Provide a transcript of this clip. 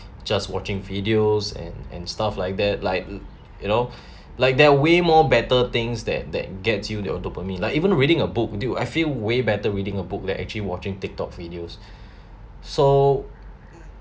just watching videos and and stuff like that like you know like there're way more better things that that gets you that on dopamine like even reading a book do I feel way better reading a book than actually watching tiktok videos so